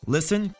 Listen